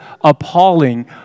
appalling